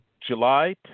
July